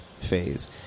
phase